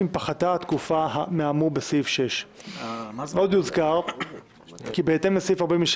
אף אם פחתה התקופה מהאמור בסעיף 6. עוד יוזכר כי בהתאם לסעיף 47